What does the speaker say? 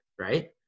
right